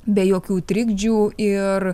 be jokių trikdžių ir